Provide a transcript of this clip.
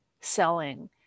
selling